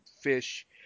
Fish